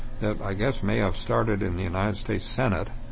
that i guess may have started in the united states senate,